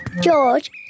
George